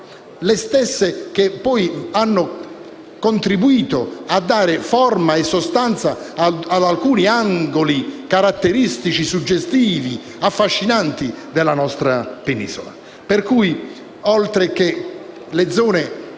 le stesse che poi hanno contribuito a dare forma e sostanza ad alcuni angoli caratteristici, suggestivi e affascinanti della nostra Penisola.